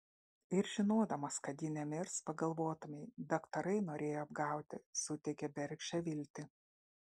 ir žinodamas kad ji nemirs pagalvotumei daktarai norėjo apgauti suteikė bergždžią viltį